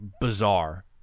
bizarre